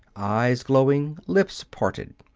eyes glowing, lips parted.